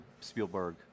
Spielberg